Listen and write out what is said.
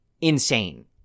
insane